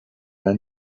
are